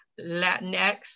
Latinx